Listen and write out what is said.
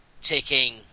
ticking